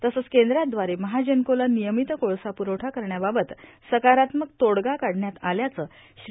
तसेच कद्राद्वारे महाजनकोला निर्यामत कोळसा पुरवठा करण्याबाबत सकारात्मक तोडगा काढण्यात आल्याच श्री